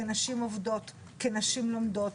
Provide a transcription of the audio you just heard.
כנשים עובדות, כנשים לומדות.